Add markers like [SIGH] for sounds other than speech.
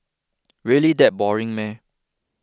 really that boring [HESITATION]